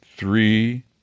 Three